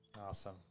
Awesome